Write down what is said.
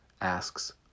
asks